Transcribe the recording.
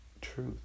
truth